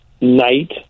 night